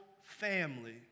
family